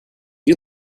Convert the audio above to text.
you